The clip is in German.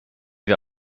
wir